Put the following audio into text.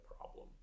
problem